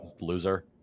Loser